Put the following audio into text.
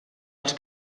els